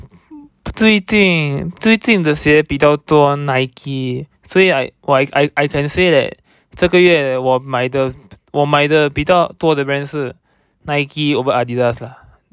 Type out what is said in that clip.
最近最近的鞋比较多 Nike 所以 I 我 I I I can say that 这个月我买的我买的多的 brand 是 Nike over Adidas lah